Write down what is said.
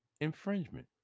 infringement